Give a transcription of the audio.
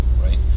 right